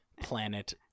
planet